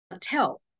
tell